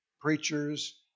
preachers